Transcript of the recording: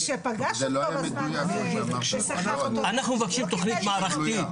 אנחנו מבקשים תכנית מערכתית.